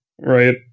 Right